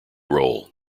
role